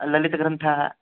ललितग्रन्थाः